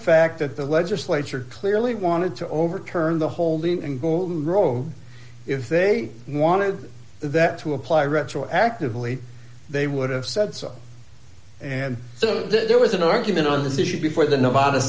fact that the legislature clearly wanted to overturn the holding and golden rule if they wanted that to apply retroactively they would have said so and so there was an argument on this issue before the nevada